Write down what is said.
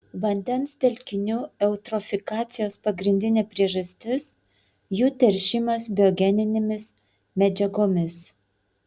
vandens telkinių eutrofikacijos pagrindinė priežastis jų teršimas biogeninėmis medžiagomis